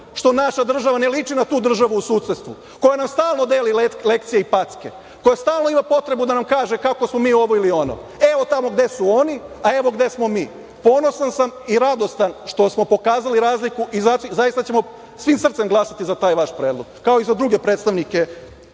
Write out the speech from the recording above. što naša država ne liči na tu državu u susedstvu, koja nam stalno deli lekcije i packe, koja stalno ima potrebu da nam kaže kako smo mi ovo ili ono. Evo tamo gde su oni, a evo gde smo mi. Ponosan sam i radostan što smo pokazali razliku i zaista ćemo svim srcem glasati za taj vaš predlog, kao i za druge predstavnike